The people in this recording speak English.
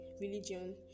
religion